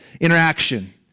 interaction